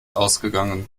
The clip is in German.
ausgegangen